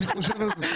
אני חושב על זה.